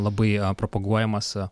labai propaguojamas